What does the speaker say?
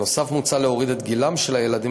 נוסף על כך מוצע להוריד את גילם של הילדים